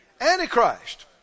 Antichrist